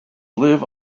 live